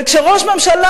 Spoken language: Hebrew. וכשראש ממשלה,